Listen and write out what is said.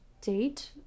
date